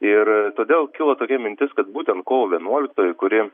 ir todėl kilo tokia mintis kad būtent kovo vienuoliktoji kuri